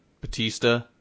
Batista